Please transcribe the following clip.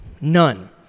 none